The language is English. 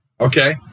Okay